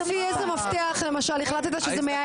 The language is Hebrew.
לא, אבל לפי איזה מפתח, למשל, החלטת שזה 120?